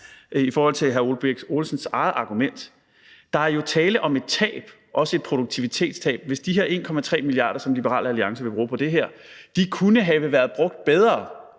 i forhold til hr. Ole Birk Olesens argumenter – at der jo er tale om et tab, også et produktivitetstab, hvis de her 1,3 mia. kr., som Liberal Alliance vil bruge på det her, kunne have været brugt bedre